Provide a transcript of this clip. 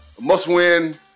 must-win